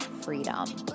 freedom